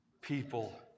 people